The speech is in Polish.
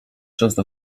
często